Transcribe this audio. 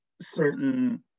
certain